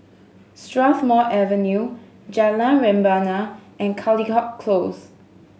Strathmore Avenue Jalan Rebana and Caldecott Close